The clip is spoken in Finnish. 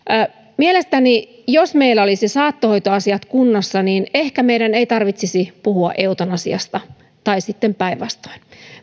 mielestäni jos meillä olisi saattohoitoasiat kunnossa ehkä meidän ei tarvitsisi puhua eutanasiasta tai sitten päinvastoin